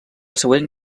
següent